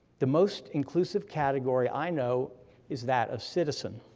the most inclusive category i know is that of citizen,